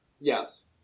Yes